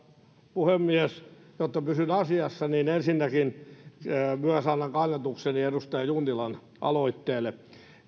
puhemies jotta pysyn asiassa niin ensinnäkin myös annan kannatukseni edustaja junnilan aloitteelle